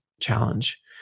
challenge